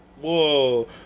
Whoa